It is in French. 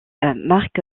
mark